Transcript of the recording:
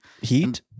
Heat